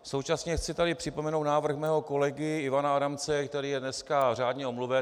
Současně chci tady připomenout návrh svého kolegy Ivana Adamce, který je dneska řádně omluven.